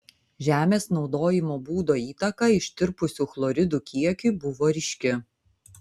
žemės naudojimo būdo įtaka ištirpusių chloridų kiekiui buvo ryški